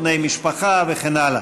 בני משפחה וכן הלאה.